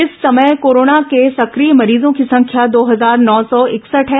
इस समय कोरोना के सक्रिय मरीजों की संख्या दो हजार नौ सौ इकसठ है